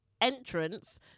entrance